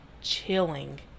chilling